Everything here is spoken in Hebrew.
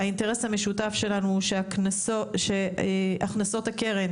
האינטרס המשותף שלנו הוא שהכנסות הקרן